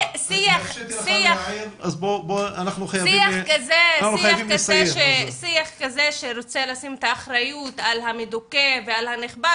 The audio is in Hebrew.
כי שיח כזה שרוצה לשים את האחריות על המדוכא ועל הנכבש,